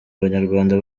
abanyarwanda